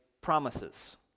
promises